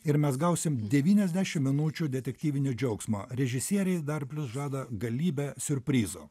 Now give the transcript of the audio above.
ir mes gausim devyniasdešim minučių detektyvinio džiaugsmo režisieriai dar plius žada galybę siurprizų